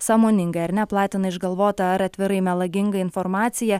sąmoningai ar ne platina išgalvotą ar atvirai melagingą informaciją